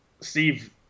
Steve